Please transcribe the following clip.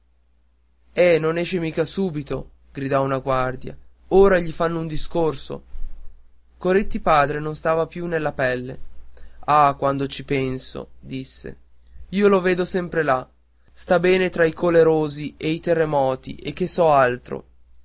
eh non esce mica subito disse una guardia ora gli fanno un discorso coretti padre non stava più nella pelle ah quando ci penso disse io lo vedo sempre là sta bene tra i colerosi e i terremoti e che so altro